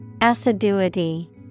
Assiduity